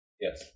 Yes